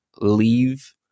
leave